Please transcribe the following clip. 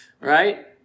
right